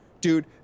Dude